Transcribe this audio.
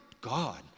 god